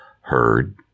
heard